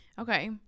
okay